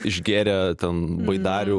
išgėrę ten baidarių